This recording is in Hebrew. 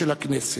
של הכנסת.